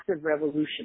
revolution